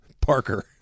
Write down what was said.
Parker